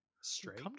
straight